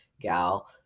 gal